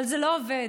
אבל זה לא עובד,